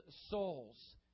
souls